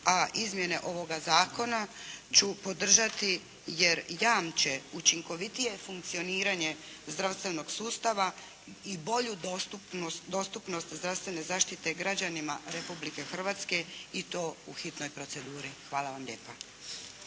a izmjene ovoga zakona ću podržati jer jamče učinkovitije funkcioniranje zdravstvenog sustava i bolju dostupnost zdravstvene zaštite građanima Republike Hrvatske i to u hitnoj proceduri. Hvala vam lijepa.